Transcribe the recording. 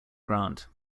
grant